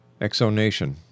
Exonation